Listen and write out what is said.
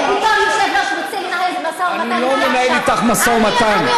אתה רוצה בתור יושב-ראש לנהל משא ומתן אתי עכשיו?